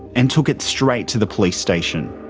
and took it straight to the police station.